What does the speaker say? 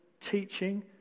teaching